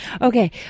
Okay